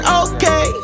okay